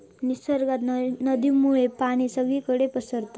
निसर्गात नदीमुळे पाणी सगळीकडे पसारता